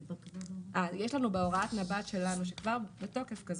יש לנו הוראה שלנו שהיא כבר בתוקף.